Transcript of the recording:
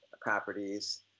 properties